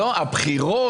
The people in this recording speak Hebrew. הבחירות.